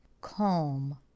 calm